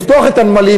לפתוח את הנמלים,